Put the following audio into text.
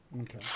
Okay